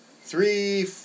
Three